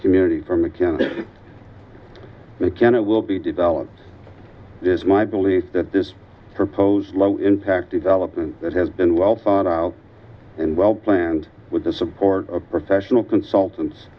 community for macand they can it will be developed is my belief that this proposed low impact of elop and that has been well thought out and well planned with the support of professional consultants